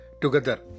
together